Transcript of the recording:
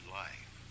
life